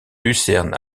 lucerne